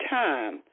time